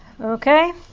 Okay